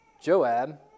Joab